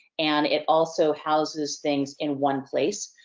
and, it also houses things in one place.